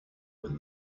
when